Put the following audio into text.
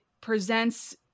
presents